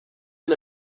and